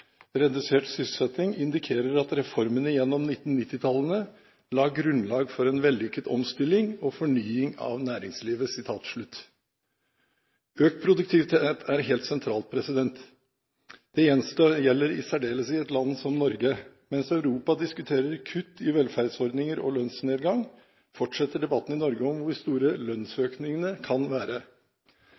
redusert sysselsetting, indikerer at reformene gjennom 1990-årene la grunnlag for en vellykket omstilling og fornying av næringslivet.» Økt produktivitet er helt sentralt. Det gjelder i særdeleshet i et land som Norge. Mens Europa diskuterer kutt i velferdsordninger og lønnsnedgang, fortsetter debatten i Norge om hvor store lønnsøkningene kan være.